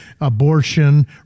abortion